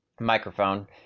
microphone